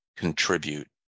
contribute